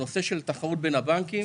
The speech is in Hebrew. הנושא של תחרות בין הבנקים,